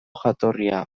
jatorria